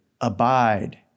Abide